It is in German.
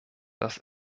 das